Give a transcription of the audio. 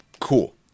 cool